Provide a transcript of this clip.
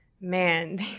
man